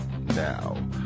now